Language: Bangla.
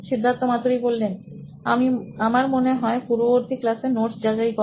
Siddharth Mathur C E O নোইন ইলেক্ট্রনিক্স আমার মনে হয় পূর্ববর্তী ক্লাসের নোটস যাচাই করা